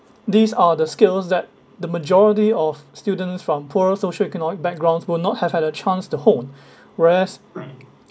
these are the skills that the majority of students from poorer social-economic backgrounds will not have had a chance to hone whereas